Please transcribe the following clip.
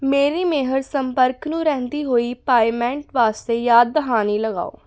ਮੇਰੀ ਮਿਹਰ ਸੰਪਰਕ ਨੂੰ ਰਹਿੰਦੀ ਹੋਈ ਪਾਏਮੈਂਟ ਵਾਸਤੇ ਯਾਦ ਦਹਾਨੀ ਲਗਾਓ